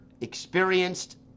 experienced